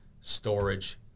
storage